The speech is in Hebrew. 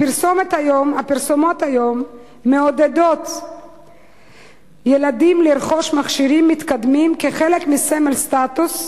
הפרסומות היום מעודדות ילדים לרכוש מכשירים מתקדמים כחלק מסמל סטטוס,